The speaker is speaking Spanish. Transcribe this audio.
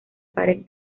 pared